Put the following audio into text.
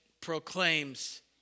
proclaims